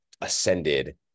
ascended